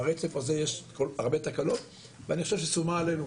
ברצף הזה יש הרבה תקלות ואני חושה שסומא עלינו